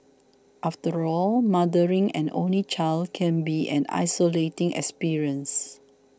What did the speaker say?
after all mothering an only child can be an isolating experience